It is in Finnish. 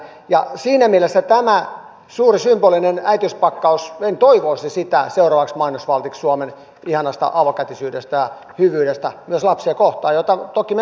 ja siinä mielessä tämä suuri symbolinen äitiyspakkaus en toivoisi sitä seuraavaksi mainosvaltiksi suomen ihanasta avokätisyydestä hyvyydestä myös lapsia kohtaan jota toki on